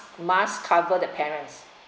must cover the parents